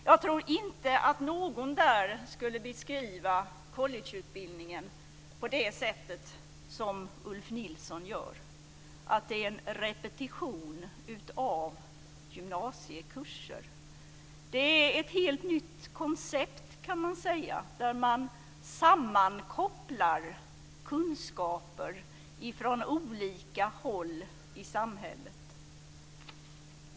Jag tror inte att någon där skulle beskriva collegeutbildningen på det sätt som Ulf Nilsson gör, dvs. att det är en repetition av gymnasiekurser. Detta är i stället ett helt nytt koncept, där man sammankopplar kunskaper från olika håll i samhället.